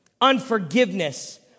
unforgiveness